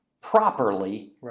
properly